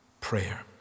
prayer